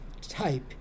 type